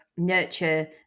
nurture